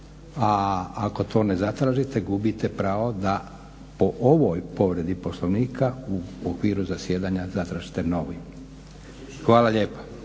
a ako to ne zatražite gubite pravo da po ovoj povredi poslovnika u okviru zasjedanja zatražite novi. Hvala lijepa.